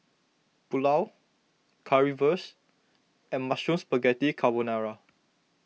Pulao Currywurst and Mushroom Spaghetti Carbonara